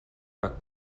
rak